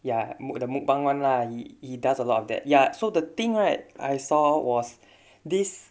ya the mukbang one lah he he does a lot of that ya so the thing right I saw was this